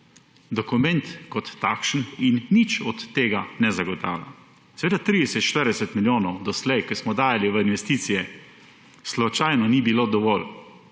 dokument kot takšen in nič od tega ne zagotavlja. Seveda 30, 40 milijonov, ko smo doslej dajali v investicije, slučajno ni bilo dovolj,